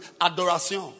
adoration